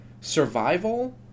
Survival